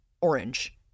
orange